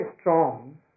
strong